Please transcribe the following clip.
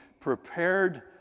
prepared